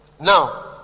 now